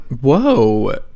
Whoa